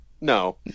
no